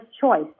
choice